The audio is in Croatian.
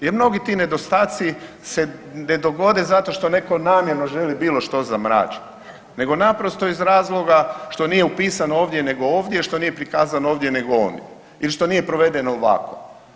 Jer mnogi ti nedostaci se ne dogode zato što netko namjerno želi bilo što zamračiti, nego naprosto iz razloga što nije upisan ovdje, nego ovdje, što nije prikazan ovdje, nego ondje ili što nije proveden ovako.